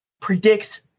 predicts